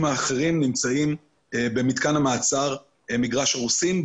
האחרים נמצאים במתקן המעצר מגרש הרוסים.